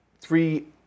three